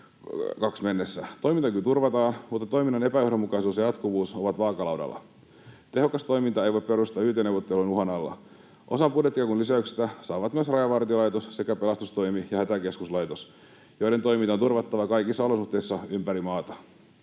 Toimintakyky turvataan, mutta toiminnan johdonmukaisuus ja jatkuvuus ovat vaakalaudalla. Tehokas toiminta ei voi perustua yt-neuvottelujen uhan alle. Osan budjettikakun lisäyksestä saavat myös Rajavartiolaitos sekä pelastustoimi ja Hätäkeskuslaitos, joiden toiminta on turvattava kaikissa olosuhteissa ympäri maata.